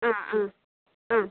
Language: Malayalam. ആ ആ ആ